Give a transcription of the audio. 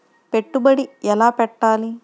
పెట్టుబడి ఎలా పెట్టాలి?